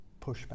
pushback